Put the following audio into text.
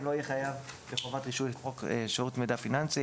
לא יהיה חייב בחובת רישוי לפי חוק שירות מידע פיננסי.